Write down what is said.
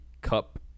cup